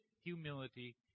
humility